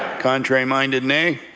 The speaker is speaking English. contrary minded, nay.